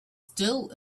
still